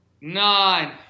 nine